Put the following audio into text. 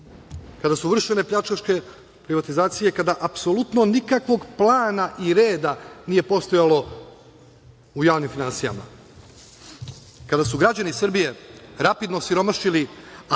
kada su vršene pljačkaške privatizacije, kada apsolutno nikakvog plana i reda nije postojalo u javnim finansijama. Kada su građani Srbije rapidno siromašili, a